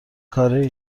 کاره